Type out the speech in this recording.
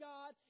God